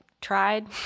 tried